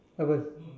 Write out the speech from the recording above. haven't